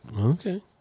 Okay